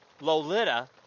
Lolita